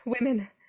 women